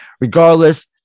Regardless